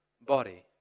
body